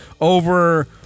Over